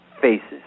faces